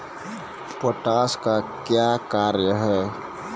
Potash का क्या कार्य हैं?